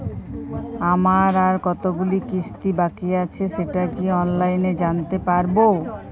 আমার আর কতগুলি কিস্তি বাকী আছে সেটা কি অনলাইনে জানতে পারব?